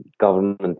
government